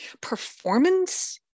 performance